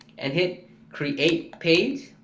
and hit create page.